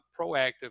proactive